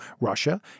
Russia